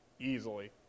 easily